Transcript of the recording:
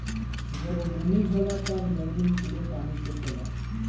जब बुनी होला तब जमीन खूबे पानी सोखे ला